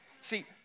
See